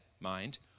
mind